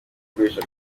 akoresha